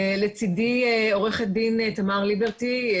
לצדי עורכת הדין תמר ליברטי,